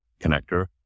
connector